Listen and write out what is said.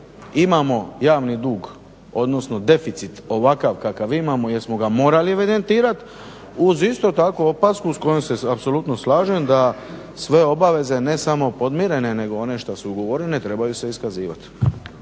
imamo javni dug, odnosno deficit ovakav kakav imamo, jer smo ga morali evidentirati uz isto tako opasku s kojom se apsolutno slažem da sve obaveze ne samo podmirene, nego one što su ugovorene trebaju se iskazivati.